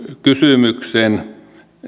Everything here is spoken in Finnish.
kysymyksen